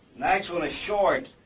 next one is short,